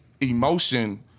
emotion